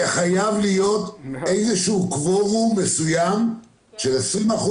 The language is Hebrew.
וחייב להיות קוורום מסוים של 20%,